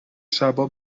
شبا